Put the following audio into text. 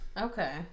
Okay